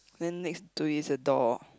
then next to it is a door